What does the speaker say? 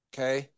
Okay